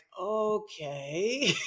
okay